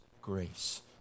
grace